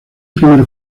primer